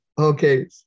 Okay